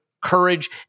courage